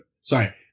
sorry